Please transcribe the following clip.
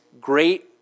great